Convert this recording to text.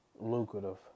lucrative